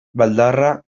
baldarra